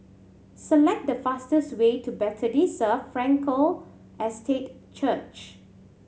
select the fastest way to Bethesda Frankel Estate Church